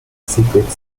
secret